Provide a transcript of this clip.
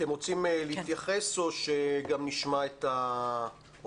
אתם רוצים להתייחס או שגם נשמע את האורחים?